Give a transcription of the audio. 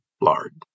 lard